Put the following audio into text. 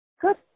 Good